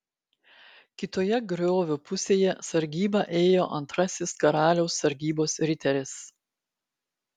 kitoje griovio pusėje sargybą ėjo antrasis karaliaus sargybos riteris